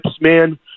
man